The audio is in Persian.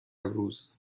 روز